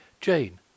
Jane